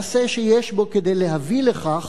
מעשה שיש בו כדי להביא לכך,